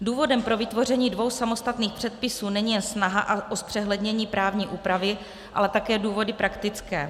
Důvodem pro vytvoření dvou samostatných předpisů není jen snaha o zpřehlednění právní úpravy, ale také důvody praktické.